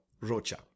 Rocha